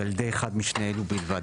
ועל ידי אחד משני אלו בלבד.